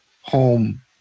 home